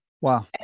Wow